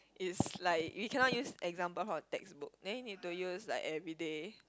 is like you cannot use example from textbook then you need to use like everyday